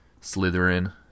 Slytherin